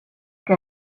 que